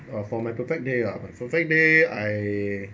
uh for my perfect day ah my perfect day I